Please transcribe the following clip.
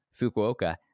Fukuoka